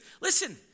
Listen